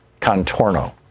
Contorno